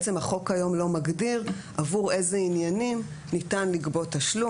בעצם החוק היום לא מגדיר עבור איזה עניינים ניתן לגבות תשלום,